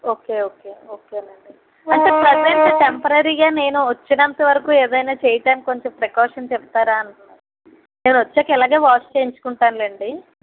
okay okay okay అండి అంటే present టెంపరరీగా నేను వచ్చినంత వరకు ఏదైన చేయటానికి కొంచెం ప్రికాషన్ చెప్తారా అంటున్నాను నేను వచ్చాక ఎలాగో వాష్ చేయించుకుంటాను లేండి